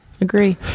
agree